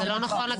זה לא נכון, רגע.